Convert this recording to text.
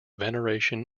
veneration